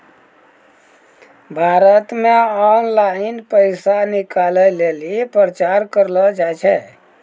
भारत मे ऑनलाइन पैसा निकालै लेली प्रचार करलो जाय छै